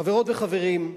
חברות וחברים,